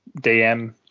DM